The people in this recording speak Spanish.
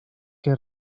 que